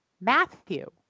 Matthew